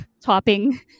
topping